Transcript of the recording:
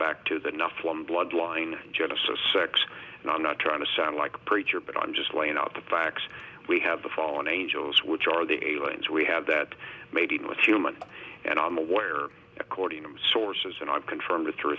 back to the nothe one bloodline genesis of sex and i'm not trying to sound like a preacher but i'm just laying out the facts we have the fallen angels which are the aliens we have that mating with human and i'm aware according to sources and i've confirmed through